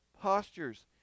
postures